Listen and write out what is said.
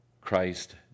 Christ